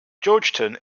georgetown